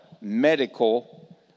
medical